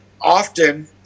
often